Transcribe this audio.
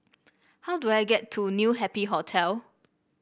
how do I get to New Happy Hotel